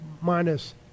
minus